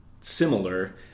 similar